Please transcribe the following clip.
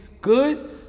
good